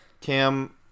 Cam